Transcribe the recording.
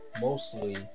mostly